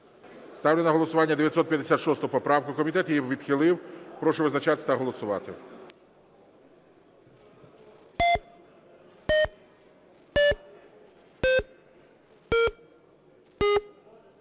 Ставлю на голосування 956 поправку. Комітет її відхилив. Прошу визначатись та голосувати.